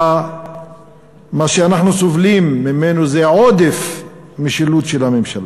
ומה שאנחנו סובלים ממנו זה עודף משילות של הממשלה.